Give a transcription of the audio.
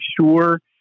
sure